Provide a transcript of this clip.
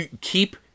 keep